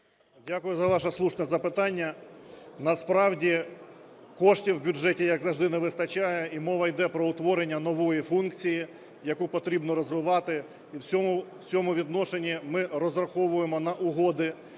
Дякую за ваше слушне запитання. Насправді коштів в бюджеті, як завжди, не вистачає, і мова йде про утворення нової функції, яку потрібно розвивати. В цьому відношенні ми розраховуємо на угоди